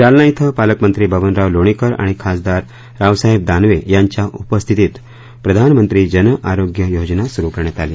जालना इथं पालकमंत्री बबनराव लोणीकर आणि खासदार रावसाहेब दानवे यांच्या उपस्थितीत प्रधानमंत्री जन आरोग्य योजना सुरू करण्यात आली